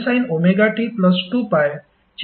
आता sin ωt2π ची value किती आहे